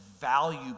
value